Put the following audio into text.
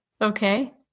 Okay